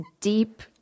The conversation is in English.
deep